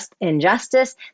injustice